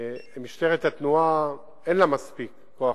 משטרת התנועה, אין לה מספיק כוח-אדם.